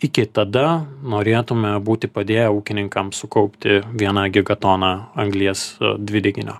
iki tada norėtume būti padėję ūkininkam sukaupti vieną gigatoną anglies dvideginio